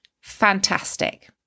Fantastic